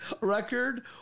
record